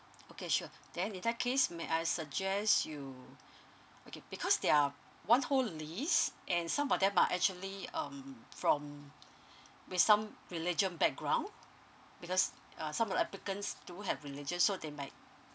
okay sure then in that case may I suggest you okay because there are one whole list and some of them are actually um from with some religion background because uh some of the applicants do have religion so they might